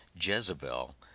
Jezebel